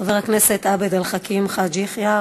חבר הכנסת עבד אל חכים חאג' יחיא.